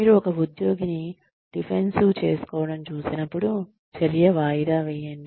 మీరు ఒక ఉద్యోగిని డిఫెన్సివ్ చేసుకోవడం చూసినపుడు చర్య వాయిదా వేయండి